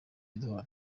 duhana